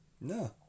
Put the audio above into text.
No